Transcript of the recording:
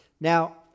Now